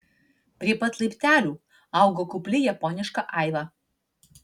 prie pat laiptelių augo kupli japoniška aiva